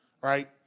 right